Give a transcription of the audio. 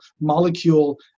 molecule